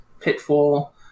Pitfall